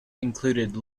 included